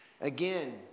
Again